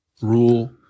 rule